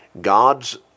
God's